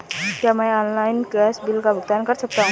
क्या मैं online gas bill का भुगतान कर सकता हूँ?